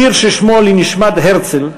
שיר ששמו "לנשמת הרצל",